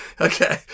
okay